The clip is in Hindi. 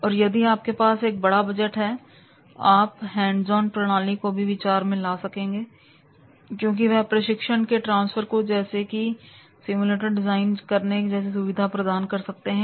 और यदि आपके पास एक बड़ा बजट है तो आप हैंड्स ऑन प्रणाली को भी विचार में ला सकते हैं क्योंकि वह प्रशिक्षण के ट्रांसफर को जैसे कि सिमुलेटर डिजाइन करके जैसी सुविधा प्रदान कर सकते हैं